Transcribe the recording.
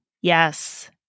Yes